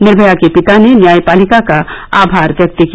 निर्भया के पिता ने न्यायपालिका का आभार व्यक्त किया